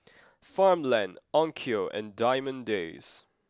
Farmland Onkyo and Diamond Days